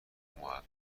محقق